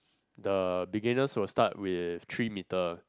the beginners will start with three metre